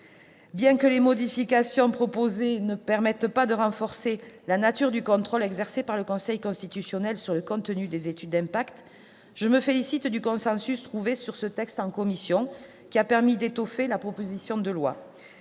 Bien que les modifications proposées ne permettent pas de renforcer le contrôle exercé par le Conseil constitutionnel sur le contenu des études d'impact, je me félicite du consensus trouvé sur ce texte en commission. Cela a permis d'étoffer la proposition de loi.